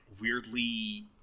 weirdly